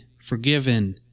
forgiven